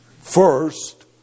first